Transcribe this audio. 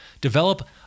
Develop